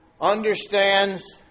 understands